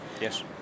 Yes